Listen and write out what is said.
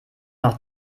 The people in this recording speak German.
noch